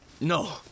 No